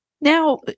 Now